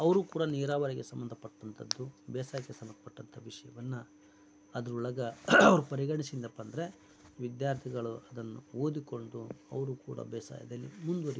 ಅವರೂ ಕೂಡ ನೀರಾವರಿಗೆ ಸಂಬಂಧಪಟ್ಟಂಥದ್ದು ಬೇಸಾಯಕ್ಕೆ ಸಂಬಂಧಪಟ್ಟಂಥ ವಿಷಯವನ್ನ ಅದ್ರೊಳಗೆ ಅವರು ಪರಿಗಣಿಸಿದ್ನಪ್ಪಂದರೆ ವಿದ್ಯಾರ್ಥಿಗಳು ಅದನ್ನು ಓದಿಕೊಂಡು ಅವರೂ ಕೂಡ ಬೇಸಾಯದಲ್ಲಿ ಮುಂದುವರಿಬೋದು